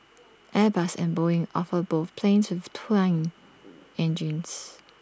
airbus and boeing offer both planes with twin engines